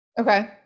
Okay